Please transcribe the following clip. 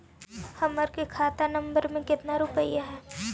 हमार के खाता नंबर में कते रूपैया है?